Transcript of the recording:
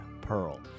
pearl